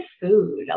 food